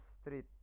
street